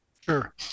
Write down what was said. Sure